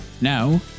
Now